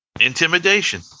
Intimidation